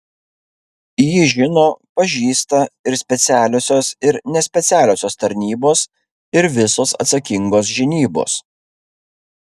jį žino pažįsta ir specialiosios ir nespecialiosios tarnybos ir visos atsakingos žinybos